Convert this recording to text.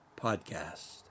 Podcast